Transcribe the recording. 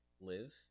live